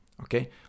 okay